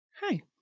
Hi